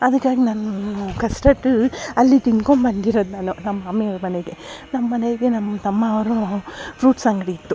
ಅದಕ್ಕಾಗಿ ನಾನು ಕಸ್ಟಡ್ ಅಲ್ಲಿ ತಿನ್ಕೊಂಬಂದಿರೊದು ನಾನು ನಮ್ಮ ಮಾಮಿ ಅವರ ಮನೆಗೆ ನಮ್ಮನೆಗೆ ನಮ್ಮ ತಮ್ಮಾವ್ರ ಫ್ರೂಟ್ಸ್ ಅಂಗಡಿ ಇತ್ತು